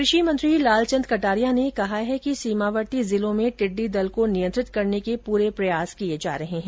कृषि मंत्री लाल चंद कटारिया ने कहा है कि सीमावर्ती जिलों में टिड्डी दल को नियंत्रित करने के पूरे प्रयास किये जा रहे हैं